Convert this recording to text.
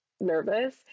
nervous